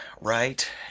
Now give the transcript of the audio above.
right